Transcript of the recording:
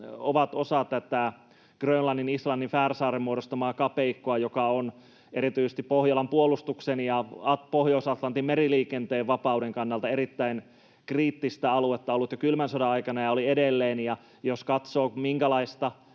ovat osa tätä Grönlannin, Islannin, Färsaarten muodostamaa kapeikkoa, joka on erityisesti Pohjolan puolustuksen ja Pohjois-Atlantin meriliikenteen vapauden kannalta erittäin kriittistä aluetta ollut jo kylmän sodan aikana ja on edelleen. Jos katsoo, minkälaista